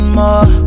more